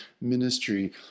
ministry